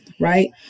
right